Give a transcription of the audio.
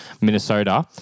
Minnesota